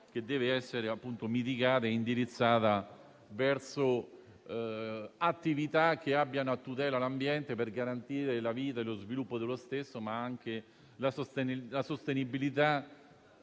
che deve essere mitigata e indirizzata verso attività che abbiano a cuore l'ambiente, per garantire la vita e lo sviluppo dello stesso, ma anche la sostenibilità